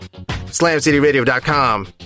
SlamCityRadio.com